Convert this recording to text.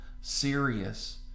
serious